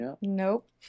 nope